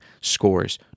scores